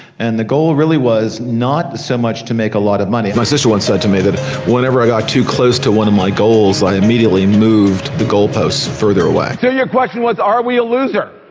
and the goal really was not so much to make a lot of money. my sister once said to me that whenever i got too close to one of my goals, i immediately moved the goal post further away. so your question was are we a loser?